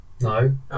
No